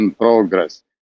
progress